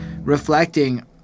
reflecting